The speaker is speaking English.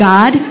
God